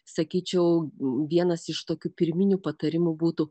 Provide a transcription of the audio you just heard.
sakyčiau vienas iš tokių pirminių patarimų būtų